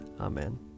Amen